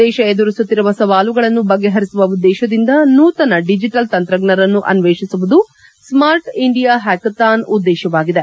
ದೇಶ ಎದುರಿಸುತ್ತಿರುವ ಸವಾಲುಗಳನ್ನು ಬಗೆಪರಿಸುವ ಉದ್ದೇಶದಿಂದ ನೂತನ ಡಿಜಿಟಲ್ ತಂತ್ರಜ್ಞರನ್ನು ಆನ್ವೇಷಿಸುವುದು ಸ್ಮಾರ್ಟ್ ಇಂಡಿಯಾ ಹ್ಯಾಕಾಥಾನ್ನ ಉದ್ದೇಶವಾಗಿದೆ